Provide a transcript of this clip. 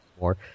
more